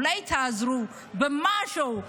אולי תעזרו במשהו,